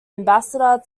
ambassador